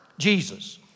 Jesus